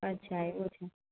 અચ્છાં એવું છે